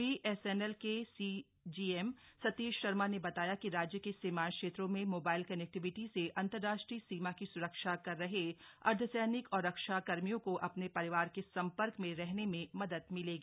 BSNL के CGM Satish Sharma ने बताया कि राज्य के सीमांत क्षेत्रों में मोबाइल कनेक्टिविटी से अंतरराष्ट्रीय सीमा की सुरक्षा कर रहे अर्धसजिक और रक्षा कर्मियों को अपने परिवार के संपर्क में रहने में मदद मिलेगी